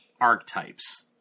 archetypes